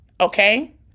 okay